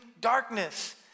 darkness